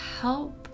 help